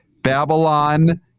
Babylon